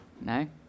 No